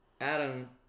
Adam